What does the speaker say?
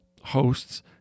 hosts